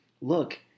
look –